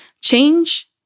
change